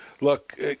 Look